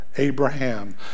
Abraham